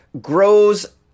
grows